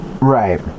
right